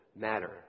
matter